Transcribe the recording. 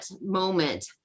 moment